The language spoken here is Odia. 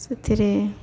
ସେଥିରେ